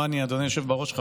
אדוני היושב-ראש,